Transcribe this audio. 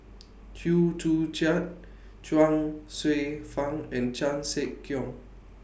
Chew Joo Chiat Chuang Hsueh Fang and Chan Sek Keong